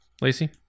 Lacey